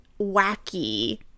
wacky